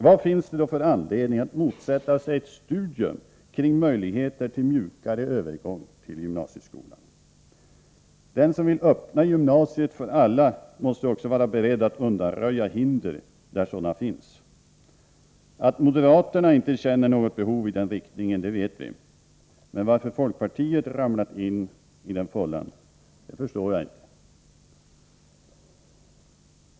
Vad finns det då för anledning att motsätta sig ett studium kring möjligheter till mjukare övergång till gymnasieskolan? Den som vill öppna gymnasiet för alla måste också vara beredd att undanröja hinder där sådana finns. Att moderaterna inte känner något behov i den riktningen vet vi, men varför folkpartiet ramlat in i den fållan förstår jag inte.